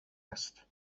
است